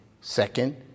Second